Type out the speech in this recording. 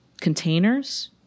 containers